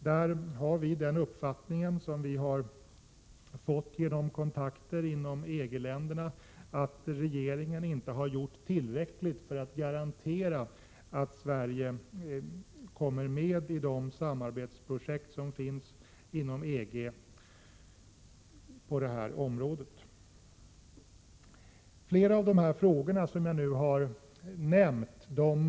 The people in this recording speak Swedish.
Vi har den uppfattningen att regeringen inte har gjort tillräckligt för att garantera att Sverige kommer med i de samarbetsprojekt som finns inom EG på detta område. Vi grundar den uppfattningen på de kontakter vi har haft inom EG-länderna.